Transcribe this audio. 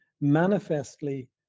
manifestly